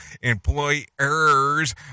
Employers